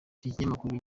kinyamakuru